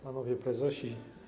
Panowie Prezesi!